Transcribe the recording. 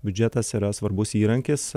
biudžetas yra svarbus įrankis